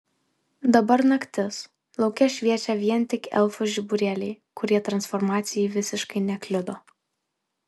dabar naktis lauke šviečia vien tik elfų žiburėliai kurie transformacijai visiškai nekliudo